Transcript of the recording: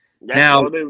Now